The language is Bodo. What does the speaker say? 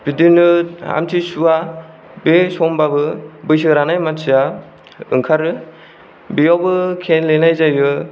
बिदिनो आमथिसुआ बे समावबो बैसो रानाय मानसिया ओंखारो बेयावबो खेलेनाय जायो